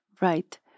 right